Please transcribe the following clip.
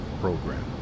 program